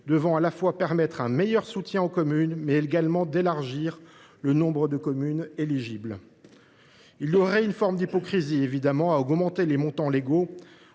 non seulement permettre un meilleur soutien aux communes, mais également élargir le nombre de communes éligibles. Il y aurait une forme d’hypocrisie à augmenter les montants légaux,